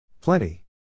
Plenty